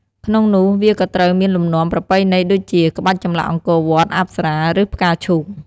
ក្នុងនោះ វាក៏ត្រូវមានលំនាំប្រពៃណីដូចជា ក្បាច់ចម្លាក់អង្គរវត្ត អប្សរា ឬ ផ្កាឈូក។